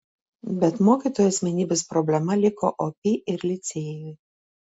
bet mokytojo asmenybės problema liko opi ir licėjui